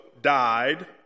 died